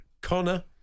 Connor